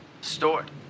stored